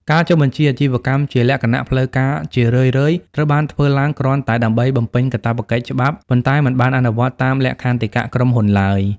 ការចុះបញ្ជីអាជីវកម្មជាលក្ខណៈផ្លូវការជារឿយៗត្រូវបានធ្វើឡើងគ្រាន់តែដើម្បីបំពេញកាតព្វកិច្ចច្បាប់ ប៉ុន្តែមិនបានអនុវត្តតាមលក្ខន្តិកៈក្រុមហ៊ុនឡើយ។